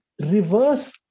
reverse